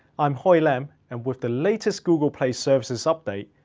i'm hoi lam, and with the latest google play services update,